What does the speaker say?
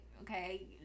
okay